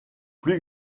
plus